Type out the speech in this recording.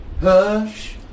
hush